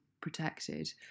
protected